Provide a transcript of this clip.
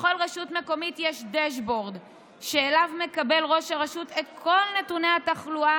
בכל רשות מקומית יש דשבורד שאליו מקבל ראש הרשות את כל נתוני התחלואה